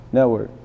Network